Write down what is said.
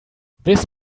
this